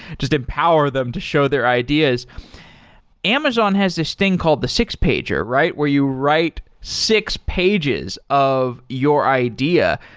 just empower them to show their ideas amazon has this thing called the six pager, right? where you write six pages of your idea.